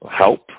help